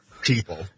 People